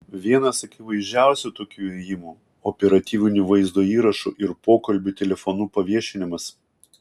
vienas akivaizdžiausių tokių ėjimų operatyvinių vaizdo įrašų ir pokalbių telefonu paviešinimas